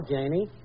Janie